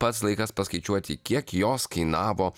pats laikas paskaičiuoti kiek jos kainavo